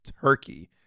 turkey